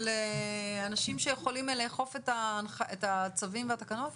של אנשים שיכולים לאכוף את הצווים והתקנות?